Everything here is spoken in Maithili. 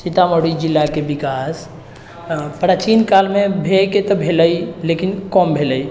सीतामढ़ी जिलाके विकास प्राचीन कालमे भएके तऽ भेलइ लेकिन कम भेलइ